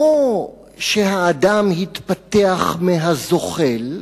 לא שהאדם התפתח מהזוחל,